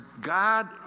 God